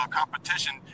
competition